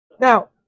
Now